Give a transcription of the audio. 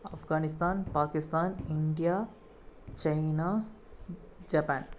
Afghanistan Pakistan India China Japan